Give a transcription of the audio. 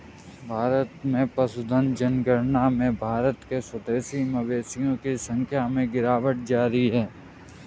भारत में पशुधन जनगणना में भारत के स्वदेशी मवेशियों की संख्या में गिरावट जारी है